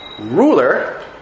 ruler